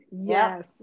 Yes